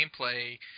gameplay